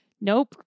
nope